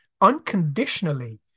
unconditionally